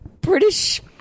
British